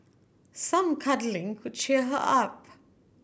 some cuddling could cheer her up